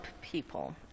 people